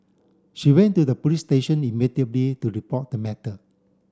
she went to the police station immediately to report the matter